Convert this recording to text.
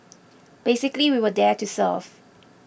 basically we were there to serve